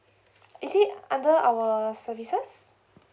is it under our services